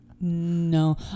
No